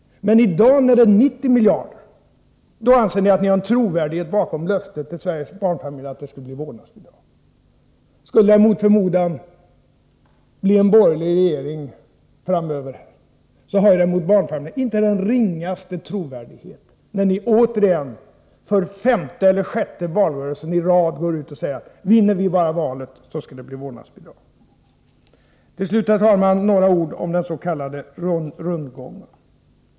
Men i dag, när underskottet är 90 miljarder, då anser ni att ni har trovärdighet bakom löftet till Sveriges barnfamiljer att det skall bli ett vårdnadsbidrag! Skulle det mot förmodan bli en borgerlig regering framöver, så har den gentemot barnfamiljerna inte den ringaste trovärdighet sedan ni återigen — för femte eller sjätte valrörelsen i rad — gått ut och sagt att om ni bara vann valet skulle det bli ett vårdnadsbidrag. Till slut, herr talman, några ord om den s.k. rundgången.